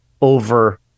over